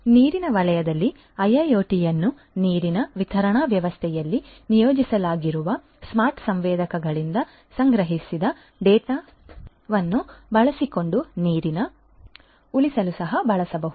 ನೀರಿನ ವಲಯದಲ್ಲಿ IIoT ಅನ್ನು ನೀರಿನ ವಿತರಣಾ ವ್ಯವಸ್ಥೆಯಲ್ಲಿ ನಿಯೋಜಿಸಲಾಗಿರುವ ಸ್ಮಾರ್ಟ್ ಸಂವೇದಕಗಳಿಂದ ಸಂಗ್ರಹಿಸಿದ ದತ್ತಾಂಶವನ್ನು ಬಳಸಿಕೊಂಡು ನೀರನ್ನು ಉಳಿಸಲು ಸಹ ಬಳಸಬಹುದು